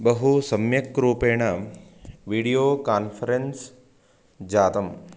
बहु सम्यक् रूपेण वीडियो कान्फ़्रेन्स् जातम्